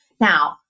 Now